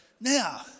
now